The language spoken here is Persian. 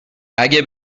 اگه